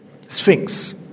Sphinx